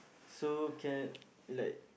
so can like